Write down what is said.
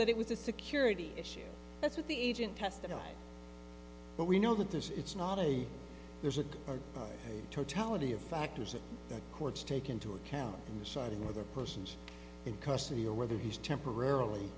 that it was a security issue that's what the agent testified but we know that there's it's not a there's a totality of factors that courts take into account in deciding whether persons in custody or whether he's temporarily